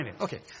okay